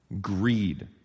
greed